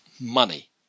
money